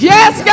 Yes